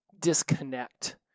disconnect